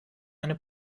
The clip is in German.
eine